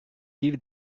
give